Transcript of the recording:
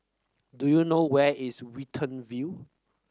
do you know where is Watten View